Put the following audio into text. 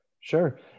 Sure